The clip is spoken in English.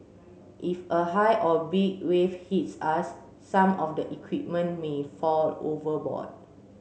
if a high or big wave hits us some of the equipment may fall overboard